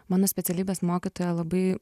mano specialybės mokytoja labai